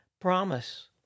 promise